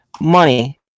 money